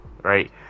right